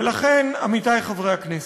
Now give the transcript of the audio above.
לכן, עמיתי חברי הכנסת,